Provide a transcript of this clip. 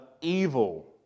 evil